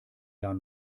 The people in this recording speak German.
jahr